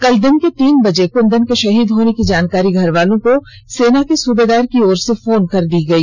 कल दिन के तीन बजे कुंदन के शहीद होने की जानकारी घर वालों को सेना के सुबेदार की ओर से फोन कर दी गई